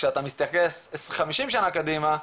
כשאתה מסתכל חמישים שנה קדימה,